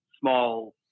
small